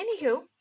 anywho